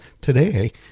today